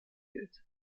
gilt